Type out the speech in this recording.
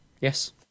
Yes